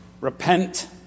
repent